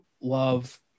love